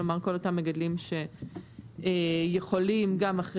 כלומר כל אותם מגדלים שיכולים גם אחרי